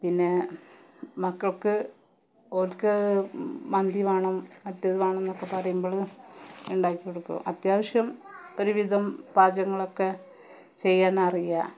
പിന്നേ മക്കൾക്ക് അവർക്ക് മന്തി വേണം മറ്റേത് വേണം എന്നൊക്കെ പറയുമ്പൊള് ഉണ്ടാക്കി കൊടുക്കും അത്യാവശ്യം ഒരുവിധം പാചകങ്ങളൊക്കെ ചെയ്യാനറിയാം